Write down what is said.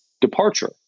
departure